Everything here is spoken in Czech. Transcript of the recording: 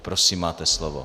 Prosím, máte slovo.